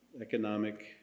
economic